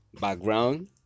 background